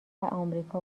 آمریکا